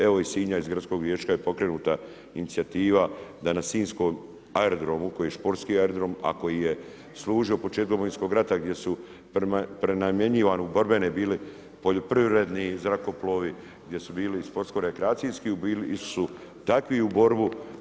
Evo iz Sinja iz gradskog vijeća je pokrenuta inicijativa da sinjskom aerodromu, koji je športski aerodrom, a koji je služio početkom Domovinskog rata gdje su prenamjenjivani u borbene bili poljoprivredni zrakoplovi, gdje su bili sportsko-rekreacijski bili su takvi u borbu.